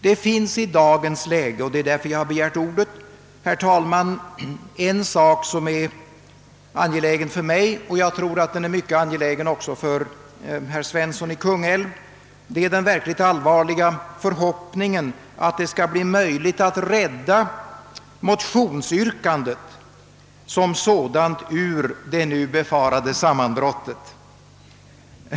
Det finns i dagens läge, herr talman — och det är därför jag har begärt ordet — en sak som är angelägen för mig och som jag också tror är angelägen för herr Svensson i Kungälv, nämligen den verkligt allvarliga förhoppningen att det skall bli möjligt att rädda motionsyrkandet om ökad u-landshjälp som sådant ur det befarade sammanbrottet.